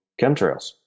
chemtrails